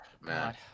man